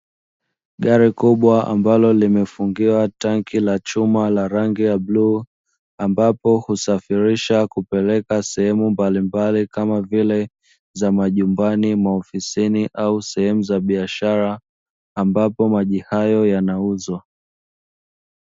Gari Kubwa ambalo limefungiwa tanki la chuma la rangi ya bluu, ambapo husafirisha kupeleka sehemu mbalimbali kama vile za majumbani maofisini au sehemu za biashara ambapo maji hayo yanauzwa.